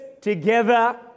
together